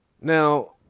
Now